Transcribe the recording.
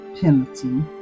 penalty